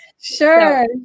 Sure